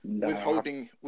Withholding